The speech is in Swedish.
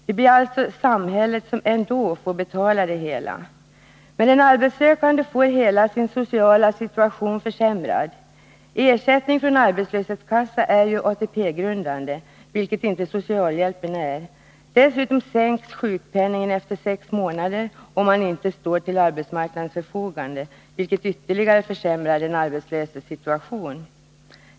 Det blir alltså samhället som ändå får betala det hela. Men för arbetssökanden blir den sociala situationen i sin helhet försämrad. Ersättning från arbetslöshetskassa är ju ATP-grundande, vilket inte socialhjälpen är. Dessutom sänks sjukpenningen efter sex månader, om man inte står till arbetsmarknadens förfogande, vilket ytterligare försämrar den arbetslöses situation.